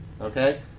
Okay